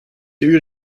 uur